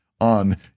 on